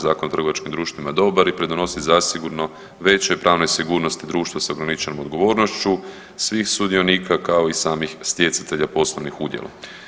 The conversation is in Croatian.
Zakona o trgovačkim društvima dobar i pridonosi zasigurno većoj pravnoj sigurnosti društva sa ograničenom odgovornošću svih sudionika kao i samih stjecatelja poslovnih udjela.